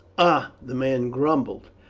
ah! the man grumbled,